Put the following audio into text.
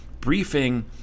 briefing